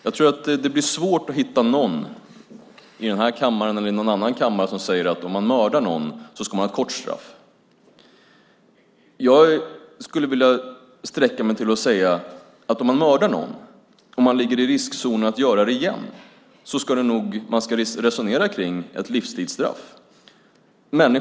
Jag tror att det blir svårt att hitta någon i den här kammaren eller i någon annan kammare som säger att den som mördar någon ska ha ett kort straff. Jag skulle vilja sträcka mig till att säga att om någon mördar och ligger i riskzonen att göra det igen ska man resonera om ett livstidsstraff.